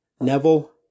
Neville